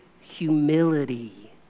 humility